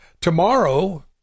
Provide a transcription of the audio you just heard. Tomorrow